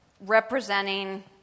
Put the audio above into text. representing